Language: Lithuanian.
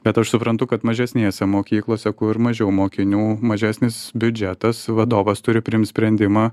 bet aš suprantu kad mažesnėse mokyklose kur mažiau mokinių mažesnis biudžetas vadovas turi priimt sprendimą